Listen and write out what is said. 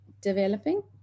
developing